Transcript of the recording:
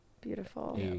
Beautiful